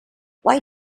why